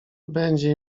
będzie